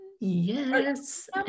Yes